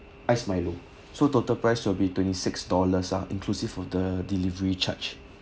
ice milo so total price will be twenty-six dollars ah inclusive of the delivery charge